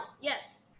Yes